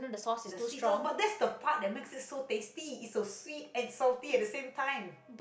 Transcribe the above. the sweet sauce but that's the part that makes it so tasty it's so sweet and salty at the same time